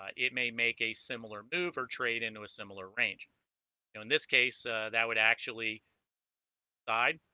ah it may make a similar move or trade into a similar range in this case that would actually died